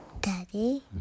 Daddy